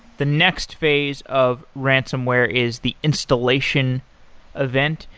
the next phase of ransonware is the installation event.